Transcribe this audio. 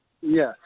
Yes